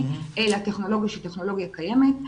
אלא טכנולוגיה שהיא טכנולוגיה קיימת.